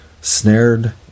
snared